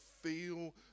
feel